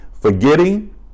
forgetting